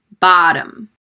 Bottom